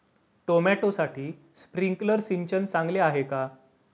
टोमॅटोसाठी स्प्रिंकलर सिंचन चांगले आहे का?